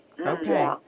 Okay